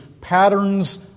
patterns